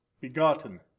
begotten